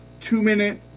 two-minute